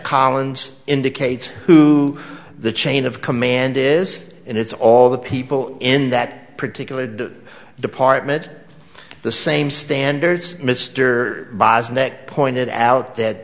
collins indicates who the chain of command is and it's all the people in that particular good department the same standards mr bosler nec pointed out that